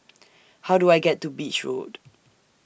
How Do I get to Beach Road